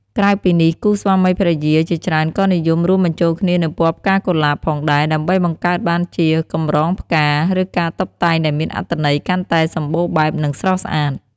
ក្រៅពីនេះ គូស្វាមីភរិយាជាច្រើនក៏និយម រួមបញ្ចូលគ្នានូវពណ៌ផ្កាកុលាប ផងដែរ ដើម្បីបង្កើតបានជាកម្រងផ្កា ឬការតុបតែងដែលមានអត្ថន័យកាន់តែសម្បូរបែប និងស្រស់ស្អាត។